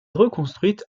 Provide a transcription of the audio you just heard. reconstruite